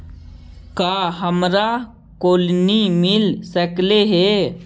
का हमरा कोलनी मिल सकले हे?